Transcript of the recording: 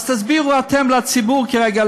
אז תסבירו אתם לציבור כרגע,